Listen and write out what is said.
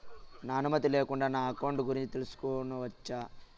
నా అనుమతి లేకుండా నా అకౌంట్ గురించి తెలుసుకొనొచ్చా?